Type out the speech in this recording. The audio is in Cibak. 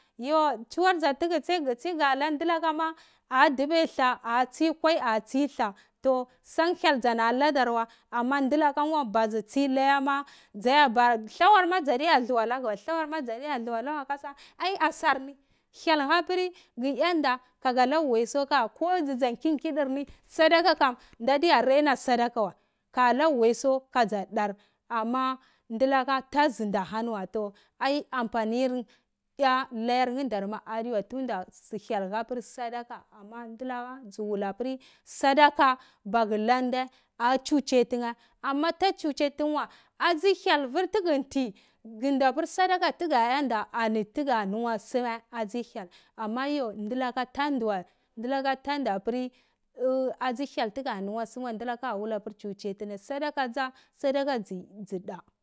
Yo tsuwar dza tugu staima bisu ga la ndula kama adube su a tsai kwai a tsui dlah tu son hyel na nadat weh ama ndulakamangwa madzi tsi layawa dze dlawar ma dza digu dlu alago war kasa ai asarni hyel lapri gu yanda kala waisu ko dzudza kin kitur ni sadaka kam nda diya raina sada ka wai ka la waiso kpdar dar ama ndulaka tazundi ahani wia ai amparni gar layer ngu dara adiwai tunda su hyel hapri sadoha ama pri vurlaka dzuwulapur sadaka bagu landeh acude tuna ama ta cooe tunah wah adzo hyel vur tugunti gunda pir soduka tuga da yanda aniwon wa soma adzi hyel mdu laka tandi wai ndulaka tanda pri adzu hyel tuga mwar sumai wai n dulaku a wulapiri cuce tini amasaleu dza saideh kadza da saideh kadzi.